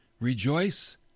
Rejoice